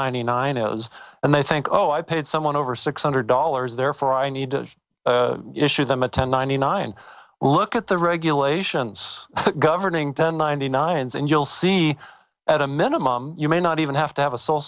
ninety nine owes and they think oh i paid someone over six hundred dollars therefore i need to issue them attend ninety nine look at the regulations governing ten ninety nine thousand you'll see at a minimum you may not even have to have a so